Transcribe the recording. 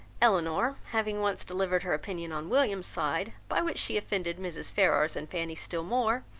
elinor, having once delivered her opinion on william's side, by which she offended mrs. ferrars and fanny still more,